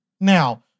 Now